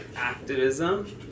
activism